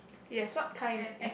yes what kind